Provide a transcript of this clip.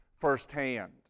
firsthand